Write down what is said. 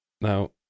Now